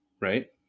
right